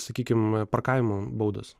sakykim parkavimo baudos